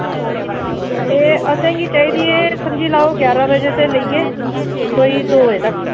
एह् असें गी चाहिदी ऐ समझी लैओ के ग्यारा बजे तो लेइयै कोई दो बजे तक